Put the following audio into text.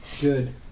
Good